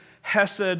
Hesed